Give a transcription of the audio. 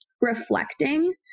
reflecting